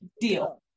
Deal